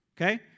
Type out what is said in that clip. Okay